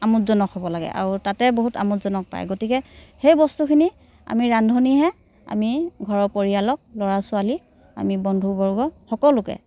আমোদজনক হ'ব লাগে আৰু তাতে বহুত আমোদজনক পায় গতিকে সেই বস্তুখিনি আমি ৰান্ধনিহে আমি ঘৰৰ পৰিয়ালক ল'ৰা ছোৱালীক আমি বন্ধু বৰ্গক সকলোকে